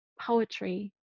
poetry